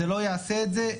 זה לא יעשה את זה.